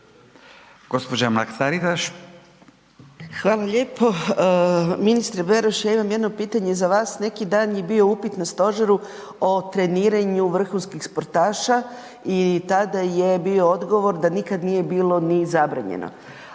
Anka (GLAS)** Hvala lijepo. Ministre Beroš, ja imam jedno pitanje za vas. Neki dan je bio upit na stožeru o treniranju vrhunskih sportaša i tada je bio odgovor da nikad nije bilo ni zabranjeno.